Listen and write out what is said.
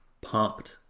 pumped